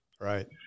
Right